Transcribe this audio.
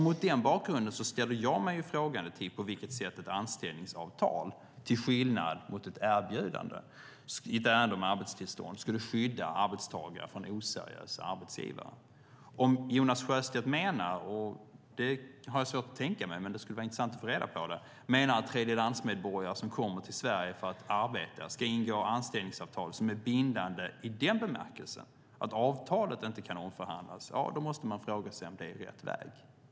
Mot den bakgrunden ställer jag mig frågande till på vilket sätt ett anställningsavtal, till skillnad mot ett erbjudande, i ett ärende om arbetstillstånd skulle skydda arbetstagare från oseriösa arbetsgivare. Om Jonas Sjöstedt menar att tredjelandsmedborgare som kommer till Sverige för att arbeta ska ingå anställningsavtal som är bindande i den bemärkelsen att avtalet inte kan omförhandlas måste man fråga sig om det är rätt väg.